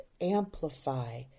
amplify